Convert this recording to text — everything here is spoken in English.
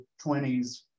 20s